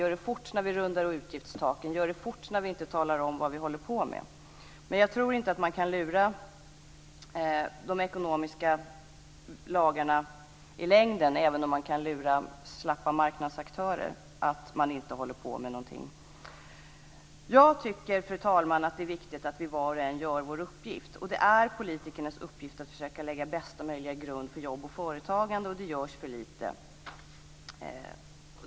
Gör det fort när vi rundar av utgiftstaken! Gör det fort när vi inte talar om vad vi håller på med! Men jag tror inte att man kan lura de ekonomiska lagarna i längden, även om man kan lura slappa marknadsaktörer med att man inte håller på med någonting. Jag tycker, fru talman, att det är viktigt att vi var och en gör vår uppgift. Det är politikernas uppgift att försöka lägga bästa möjliga grund för jobb och företagande. Det görs för lite.